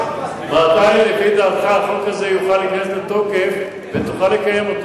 מתי לדעתך החוק הזה יוכל להיכנס לתוקף ותוכל לקיים אותו?